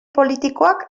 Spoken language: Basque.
politikoak